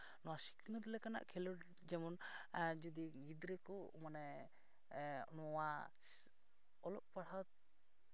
ᱱᱚᱣᱟ ᱥᱤᱠᱷᱱᱟᱹᱛ ᱞᱮᱠᱟᱱᱟᱜ ᱠᱷᱮᱞᱳᱰ ᱡᱮᱢᱚᱱ ᱡᱩᱫᱤ ᱜᱤᱫᱽᱨᱟᱹ ᱠᱚ ᱢᱟᱱᱮ ᱱᱚᱣᱟ ᱚᱞᱚᱜ ᱯᱟᱲᱦᱟᱣ